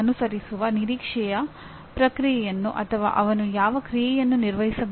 ಅದರ ಬಗ್ಗೆ ಎರಡನೆಯ ಅಭಿಪ್ರಾಯವಿಲ್ಲ